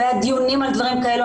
לא היו דיונים על דברים כאלה.